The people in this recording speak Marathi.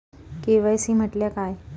के.वाय.सी म्हटल्या काय?